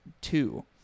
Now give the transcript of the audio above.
two